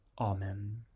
Amen